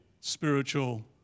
spiritual